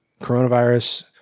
coronavirus